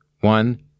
one